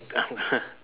I'm gonna